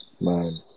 Man